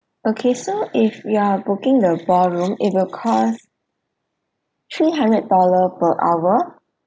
okay so if you are booking the ballroom it will cost three hundred dollar per hour